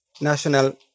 national